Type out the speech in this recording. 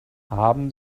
haben